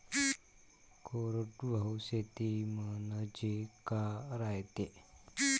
कोरडवाहू शेती म्हनजे का रायते?